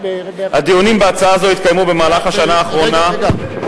תודה רבה לחבר הכנסת איתן כבל.